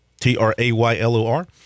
T-R-A-Y-L-O-R